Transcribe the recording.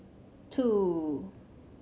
two